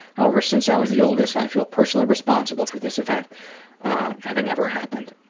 however since i was the oldest i feel personally responsible for this event having ever happened.